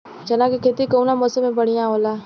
चना के खेती कउना मौसम मे बढ़ियां होला?